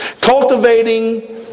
Cultivating